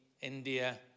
India